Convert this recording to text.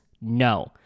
No